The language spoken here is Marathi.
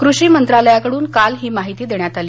कृषी मंत्रालयाकडून काल ही माहिती देण्यात आली